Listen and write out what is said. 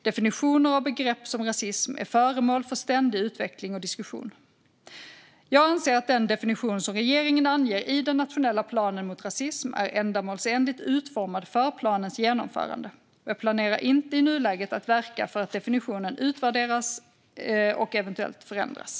Definitioner av begrepp som rasism är föremål för ständig utveckling och diskussion. Jag anser att den definition som regeringen anger i den nationella planen mot rasism är ändamålsenligt utformad för planens genomförande. Jag planerar inte i nuläget att verka för att definitionen utvärderas och eventuellt förändras.